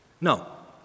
No